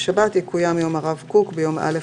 יקוים יום הרב קוק, ביום זה: